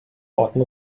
orten